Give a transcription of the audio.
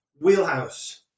wheelhouse